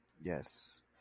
yes